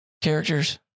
characters